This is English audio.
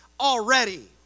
already